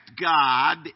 God